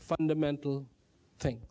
fundamental things